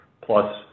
plus